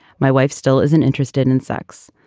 my wife still isn't interested in in sex.